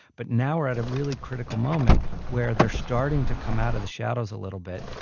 but now we're at a really critical moment where they're starting to come out of the shadows a little bit.